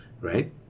right